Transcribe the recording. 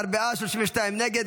12 בעד, 32 נגד.